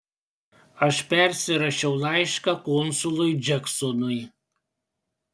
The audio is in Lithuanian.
aš persirašiau laišką konsului džeksonui